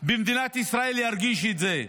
במדינת ישראל ירגיש את זה.